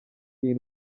iyi